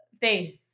faith